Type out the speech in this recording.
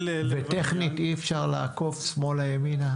וטכנית אי אפשר לעקוף, שמאלה, ימינה?